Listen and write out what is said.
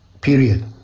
period